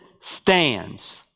stands